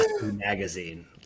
magazine